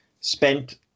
spent